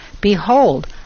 Behold